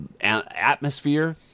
atmosphere